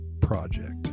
Project